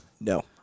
No